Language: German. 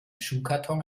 schuhkarton